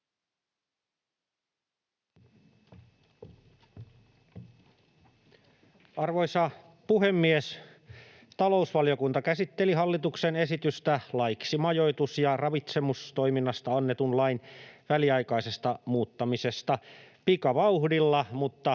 Arvoisa puhemies! Talousvaliokunta käsitteli hallituksen esitystä laiksi majoitus- ja ravitsemistoiminnasta annetun lain väliaikaisesta muuttamisesta pikavauhdilla, mutta